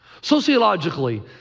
Sociologically